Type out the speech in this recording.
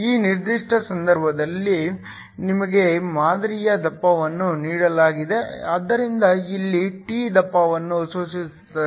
ಈ ನಿರ್ದಿಷ್ಟ ಸಂದರ್ಭದಲ್ಲಿ ನಮಗೆ ಮಾದರಿಯ ದಪ್ಪವನ್ನು ನೀಡಲಾಗಿದೆ ಆದ್ದರಿಂದ ಇಲ್ಲಿ t ದಪ್ಪವನ್ನು ಸೂಚಿಸುತ್ತದೆ